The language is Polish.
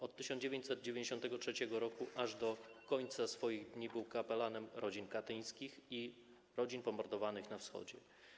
Od 1993 r. aż do końca swoich dni był kapelanem rodzin katyńskich i rodzin pomordowanych w Wschodzie.